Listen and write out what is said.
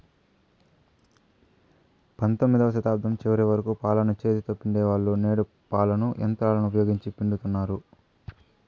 పంతొమ్మిదవ శతాబ్దం చివరి వరకు పాలను చేతితో పితికే వాళ్ళు, నేడు పాలను యంత్రాలను ఉపయోగించి పితుకుతన్నారు